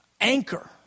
anchor